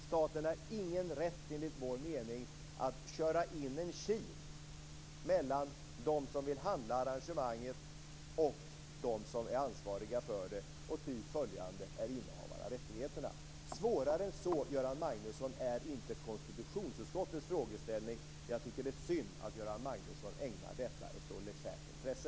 Staten har enligt vår mening ingen rätt att köra in en kil mellan dem som vill handla arrangemanget och dem som är ansvariga för det och ty följande är innehavare av rättigheterna. Svårare än så, Göran Magnusson, är inte konstitutionsutskottets frågeställning. Jag tycker att det är synd att Göran Magnusson ägnar detta ett så legärt intresse.